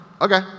Okay